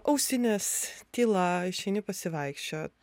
ausinės tyla išeini pasivaikščiot